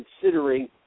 considering